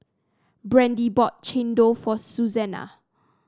Brandie bought chendol for Suzanna